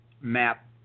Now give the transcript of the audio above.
map